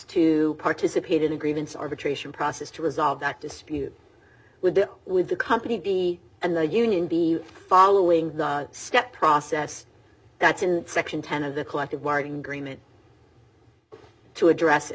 to participate in agreements arbitration process to resolve that dispute with the with the company b and the union be following the step process that's in section ten of the collective bargaining